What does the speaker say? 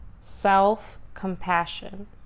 self-compassion